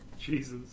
Jesus